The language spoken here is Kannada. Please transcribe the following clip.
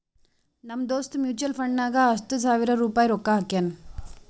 ನಮ್ ದೋಸ್ತ್ ಮ್ಯುಚುವಲ್ ಫಂಡ್ನಾಗ್ ಹತ್ತ ಸಾವಿರ ರುಪಾಯಿ ರೊಕ್ಕಾ ಹಾಕ್ಯಾನ್